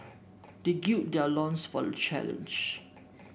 they gird their loins for the challenge